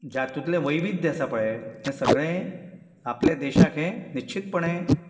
ज्यातूतले वैवीध्य आसा पळय हे सगळें आपले देशाक हे निश्चीतपणे